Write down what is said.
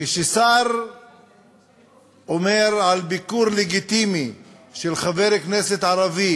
כששר אומר על ביקור לגיטימי של חבר כנסת ערבי